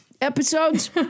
episodes